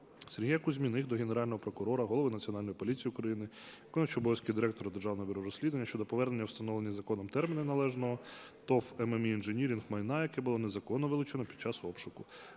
Сергія Кузьміних до Генерального прокурора, Голови Національної поліції України, виконувача обов'язків Директора Державного бюро розслідувань щодо повернення у встановлені законом терміни належного ТОВ "ММІ Інжиніринг" майна, яке було незаконно вилучене під час обшуку.